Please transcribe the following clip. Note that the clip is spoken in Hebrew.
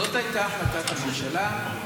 זאת הייתה החלטת הממשלה.